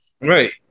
right